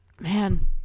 man